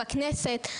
בכנסת,